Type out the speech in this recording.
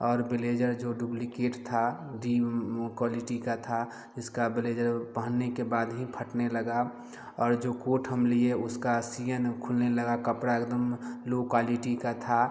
और ब्लेजर जो डुबलिकेट था दी लो क्वालिटी का था इसका ब्लेजर पहनने के बाद ही फटने लगा और जो कोट हम लिए उसका सियन खुलने लगा कपड़ा एकदम लो क्वालिटी का था